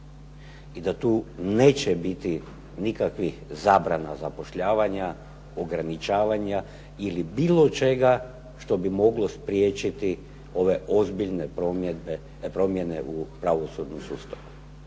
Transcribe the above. i da tu neće biti nikakvih zabrana zapošljavanja, ograničavanja ili bilo čega što bi moglo spriječiti ove ozbiljne promjene u pravosudnom sustavu.